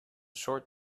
short